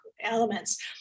elements